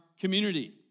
community